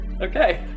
okay